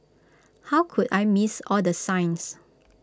how could I missed all the signs